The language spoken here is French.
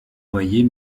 voyez